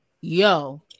Yo